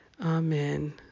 Amen